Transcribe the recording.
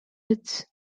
woods